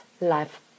life